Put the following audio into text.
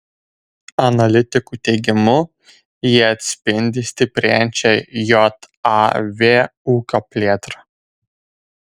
analitikų teigimu jie atspindi stiprėjančią jav ūkio plėtrą